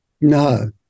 no